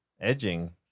Edging